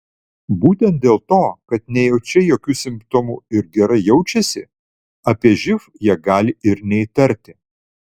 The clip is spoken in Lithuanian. būtent dėl to kad nejaučia jokių simptomų ir gerai jaučiasi apie živ jie gali ir neįtarti